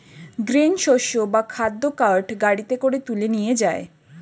grain শস্য বা খাদ্য কার্ট গাড়িতে করে তুলে নিয়ে যায়